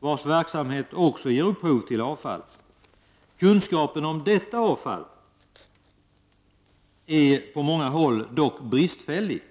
vilkas verksamhet också ger upphov till avfall. Kunskapen om detta avfall är på många håll dock bristfällig.